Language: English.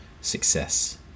success